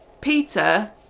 Peter